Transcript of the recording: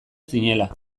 zinela